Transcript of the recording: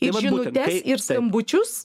ir žinutes ir skambučius